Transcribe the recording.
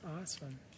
awesome